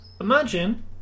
Imagine